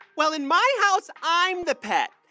well, in my house, i'm the pet.